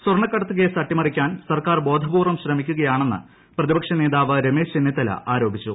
സ്വർണക്കടത്ത് കേസ് അട്ടിമറിക്കാൻ സർക്കാർ ബോധപൂർവ്വം ശ്രമിക്കുകയാണെന്ന് പ്രതിപക്ഷ നേതാവ് രമേശ് ചെന്നിത്തല ആരോപിച്ചു